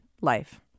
life